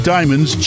Diamonds